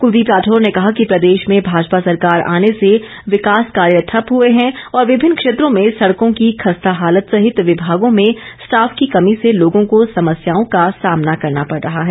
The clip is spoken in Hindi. कुलदीप राठौर ने कहा कि प्रदेश में भाजपा सरकार आने से विकास कार्य ठप्प हुए हैं और विभिन्न क्षेत्रों में सड़कों की खस्ता हालत सहित विभागों में स्टाफ की कमी से लोगों को समस्याओं का सामना करना पड़ रहा है